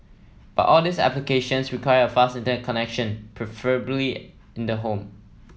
but all these applications require a fast Internet connection preferably in the home